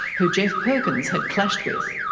who geoff perkins had clashed with.